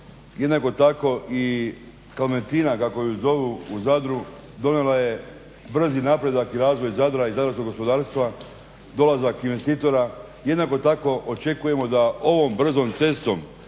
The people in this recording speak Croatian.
jednako tako i Klementina kako je zovu u Zadru donijela je brzi napredak i razvoj Zadra i zadarskog gospodarstva, dolazak investitora. Jednako tako očekujemo da ovom brzom cestom